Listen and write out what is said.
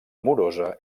amorosa